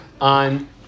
on